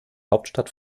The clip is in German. hauptstadt